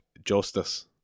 justice